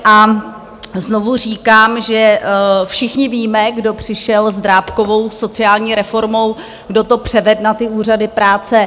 A znovu říkám, že všichni víme, kdo přišel s Drábkovou sociální reformou, kdo to převedl na ty úřady práce.